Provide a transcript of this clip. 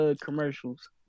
commercials